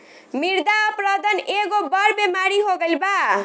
मृदा अपरदन एगो बड़ बेमारी हो गईल बा